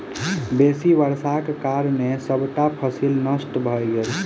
बेसी वर्षाक कारणें सबटा फसिल नष्ट भ गेल